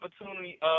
opportunity